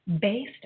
based